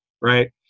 right